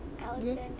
Alexander